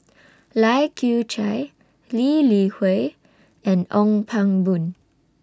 Lai Kew Chai Lee Li Hui and Ong Pang Boon